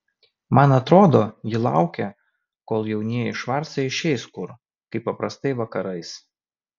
man atrodo ji laukia kol jaunieji švarcai išeis kur kaip paprastai vakarais